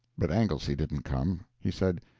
but anglesy didn't come. he said,